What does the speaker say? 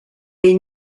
est